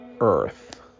earth